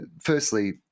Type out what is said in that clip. firstly